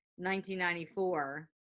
1994